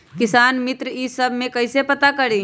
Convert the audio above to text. किसान मित्र ई सब मे कईसे पता करी?